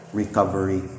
recovery